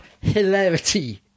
hilarity